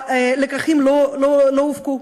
לקחים לא הופקו.